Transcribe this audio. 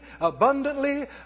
abundantly